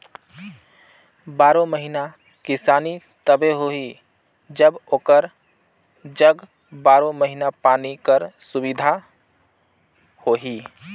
बारो महिना किसानी तबे होही जब ओकर जग बारो महिना पानी कर सुबिधा होही